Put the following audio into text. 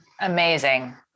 Amazing